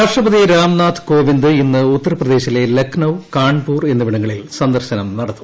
രാഷ്ട്രപതി രാംനാഥ് കോവിന്ദ് ഇന്ന് ഉത്തർപ്രദേശിലെ ലക്നൌ കാൺപൂർ എന്നിവിടങ്ങളിൽ സന്ദർശനം നടത്തും